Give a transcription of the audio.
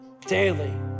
daily